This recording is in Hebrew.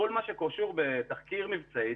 כל מה שקשור בתחקיר מבצעי,